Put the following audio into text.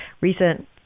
recent